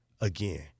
again